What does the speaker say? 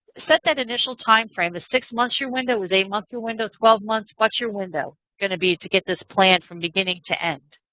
set that initial timeframe. is six months your window? is eight months your window? twelve months? what's your window going to be to get this plan from beginning to end?